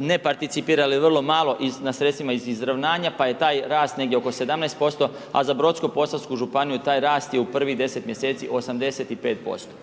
ne participira ili vrlo malo na sredstvima iz izravnanja pa je taj rast negdje oko 17%, a za Brodsko-posavsku županiju taj rast je u prvih 10 mjeseci 85%.